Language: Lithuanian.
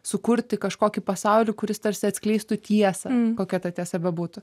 sukurti kažkokį pasaulį kuris tarsi atskleistų tiesą kokia ta tiesa bebūtų